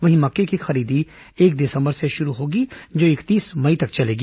वहीं मक्के की खरीदी एक दिसंबर से शुरू होगी जो इकतीस मई तक चलेगी